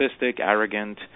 arrogant